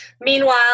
meanwhile